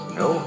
no